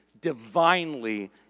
divinely